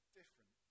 different